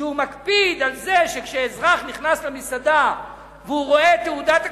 שמקפיד על זה שכשאזרח נכנס למסעדה ורואה את תעודת הכשרות,